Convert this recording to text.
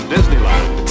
Disneyland